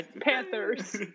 Panthers